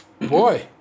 boy